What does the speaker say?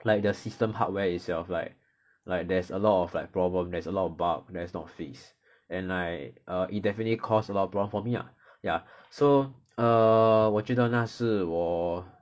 like their system hardware itself like like there's a lot of like problem there's a lot of bug that's not fixed and like it definitely cost a lot of problem for me ah ya so err 我觉得那是我